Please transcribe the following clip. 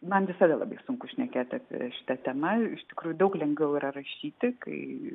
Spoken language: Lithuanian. man visada labai sunku šnekėti šita tema iš tikrųjų daug lengviau yra rašyti kai